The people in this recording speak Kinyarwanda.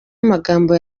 amagambo